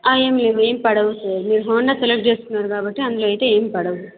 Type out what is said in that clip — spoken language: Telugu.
ఏం ఏం పడవు సార్ మీరు హోండా సెలెక్ట్ చేసుకున్నారు కాబట్టి అందులో అయితే ఏం పడవు